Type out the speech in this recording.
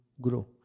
grow